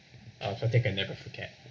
I also think I'll never forget